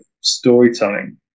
storytelling